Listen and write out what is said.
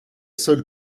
seule